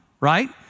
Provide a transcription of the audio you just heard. right